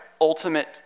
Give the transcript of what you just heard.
ultimate